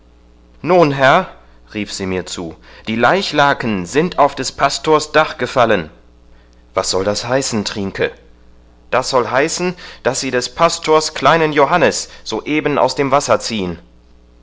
nun herr rief sie mir zu die leichlaken sind auf des pastors dach gefallen was soll das heißen trienke das soll heißen daß sie des pastors kleinen johannes soeben aus dem wasser ziehen